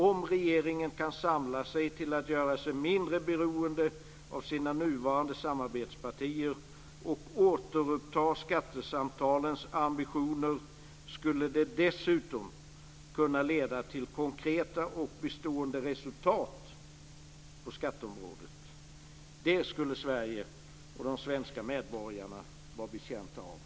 Om regeringen kan samla sig till att göra sig mindre beroende av sina nuvarande samarbetspartier och återupptar skattesamtalens ambitioner skulle det dessutom kunna leda till konkreta och bestående resultat på skatteområdet. Det skulle Sverige och de svenska medborgarna vara betjänta av!